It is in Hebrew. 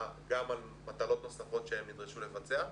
גם על מטלות נוספות שהם נדרשו לבצע.